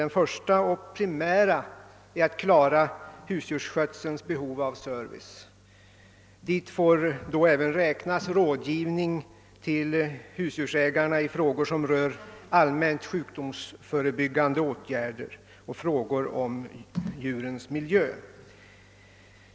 Den första och primära är att klara husdjursskötselns behov av service. Hit får då även räknas rådgivning till husdjursägarna i frågor som rör allmänt sjukdomsförebyggande åtgärder och frågor om djurens miljö.